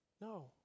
No